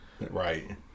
Right